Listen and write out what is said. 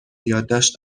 یادداشت